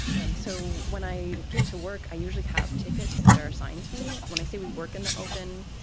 um so when i get to work, i usually have tickets that are assigned to me when i say we work in the open.